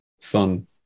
sun